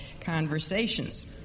conversations